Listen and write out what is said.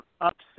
upset